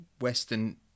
Western